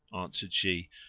answered she,